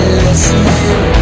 listening